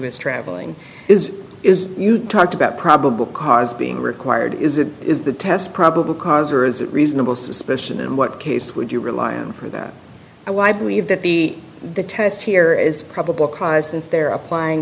was traveling is is you talked about probable cause being required is it is the test probable cause or is it reasonable suspicion and what case would you rely on for that i y believe that the the test here is probable cause since they're applying